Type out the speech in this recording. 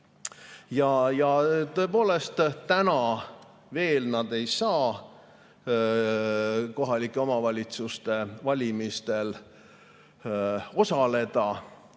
Tõepoolest, täna nad veel ei saa kohalike omavalitsuste valimistel osaleda,